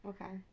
Okay